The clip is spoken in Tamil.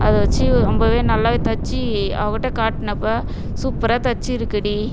அதை வச்சு ரொம்பவே நல்லாவே தச்சு அவக்கிட்ட காட்னப்போ சூப்பராக தச்சுருக்கடி